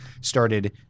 started